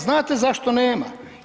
Znate zašto nema?